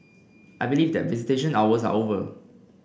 I believe that visitation hours are over